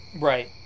Right